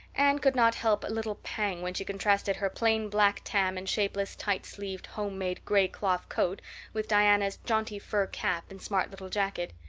anne could not help a little pang when she contrasted her plain black tam and shapeless, tight-sleeved, homemade gray-cloth coat with diana's jaunty fur cap and smart little jacket.